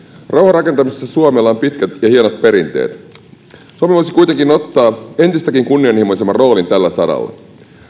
rauhanrakentamisessa suomella on pitkät ja hienot perinteet suomi voisi kuitenkin ottaa entistäkin kunnianhimoisemman roolin tällä saralla